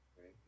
right